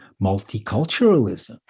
multiculturalism